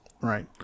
right